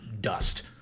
dust